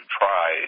try